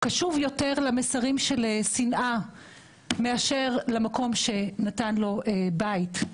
קשוב יותר למסרים של שנאה מאשר למקום שנתן לו בית,